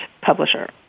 publisher